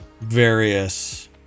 various